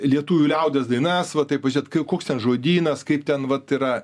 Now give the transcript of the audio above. lietuvių liaudies dainas va taip pažiūrėt kai koks ten žodynas kaip ten vat yra